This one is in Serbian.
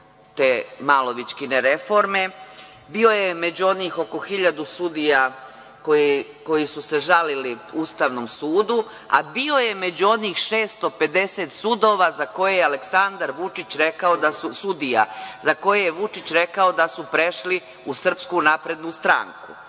te Malovićkine reforme, bio je među onih oko 1.000 sudija koji su se žalili Ustavnom sudu, a bio je među onih 650 sudija za koje je Aleksandar Vučić rekao da su prešli u SNS. Bio, bio,